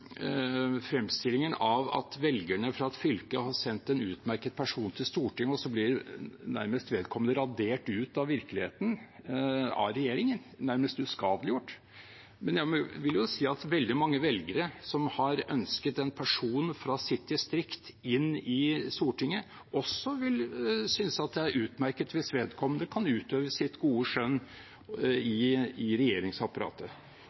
velgerne i et fylke har sendt en utmerket person til Stortinget, og så blir vedkommende nærmest radert ut av virkeligheten av regjeringen, nærmest uskadeliggjort. Men jeg vil si at veldig mange velgere som har ønsket en person fra sitt distrikt inn på Stortinget, også vil synes at det er utmerket hvis vedkommende kan utøve sitt gode skjønn